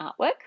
artwork